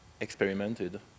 experimented